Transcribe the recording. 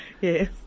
Yes